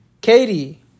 Katie